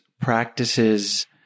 practices